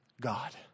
God